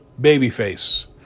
babyface